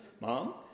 mom